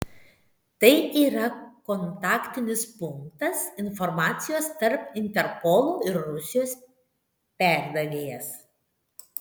tai yra kontaktinis punktas informacijos tarp interpolo ir rusijos perdavėjas